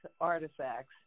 artifacts